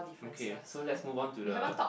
okay so let's move on to the